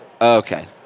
Okay